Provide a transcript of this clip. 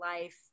life